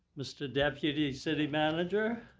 mr. deputy city manager,